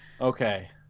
Okay